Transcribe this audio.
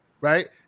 right